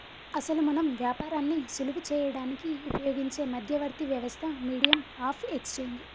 అసలు మనం వ్యాపారాన్ని సులువు చేయడానికి ఉపయోగించే మధ్యవర్తి వ్యవస్థ మీడియం ఆఫ్ ఎక్స్చేంజ్